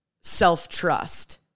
self-trust